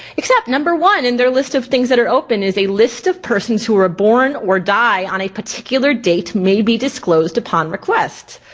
except number one in their list of things that are open is a list of persons who are born or die on a particular date may be disclosed upon request.